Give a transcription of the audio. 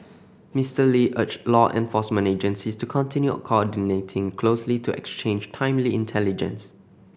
Mister Lee urged law enforcement agencies to continue coordinating closely to exchange timely intelligence